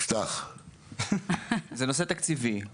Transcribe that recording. זה נושא תקציבי,